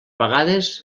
vegades